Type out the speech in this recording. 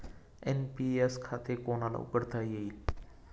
NPS खाते कोणाला उघडता येईल?